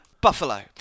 buffalo